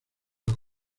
los